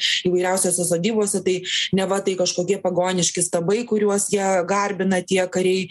įvairiausiose sodybose tai neva tai kažkokie pagoniški stabai kuriuos jie garbina tie kariai